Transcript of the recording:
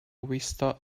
vista